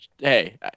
Hey